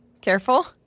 Careful